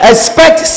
Expect